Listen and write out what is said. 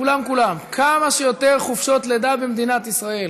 כולם כולם, כמה שיותר חופשות לידה במדינת ישראל.